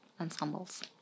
ensembles